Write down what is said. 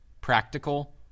practical